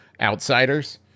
outsiders